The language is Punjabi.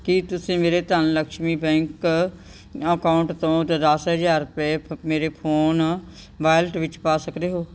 ਕੀ ਤੁਸੀਂ ਮੇਰੇ ਧਨਲਕਸ਼ਮੀ ਬੈਂਕ ਅਕਾਊਂਟ ਤੋਂ ਦਸ ਹਜ਼ਾਰ ਰੁਪਏ ਫ ਮੇਰੇ ਫੋਨ ਵਾਲਿਟ ਵਿੱਚ ਪਾ ਸਕਦੇ ਹੋ